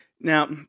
Now